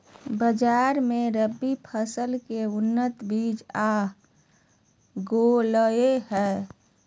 बाजार मे रबी फसल के उन्नत बीज आ गेलय हें